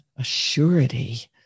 assurity